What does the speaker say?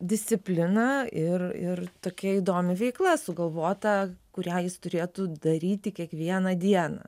disciplina ir ir tokia įdomi veikla sugalvota kurią jis turėtų daryti kiekvieną dieną